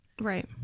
Right